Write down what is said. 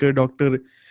dr.